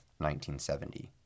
1970